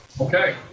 Okay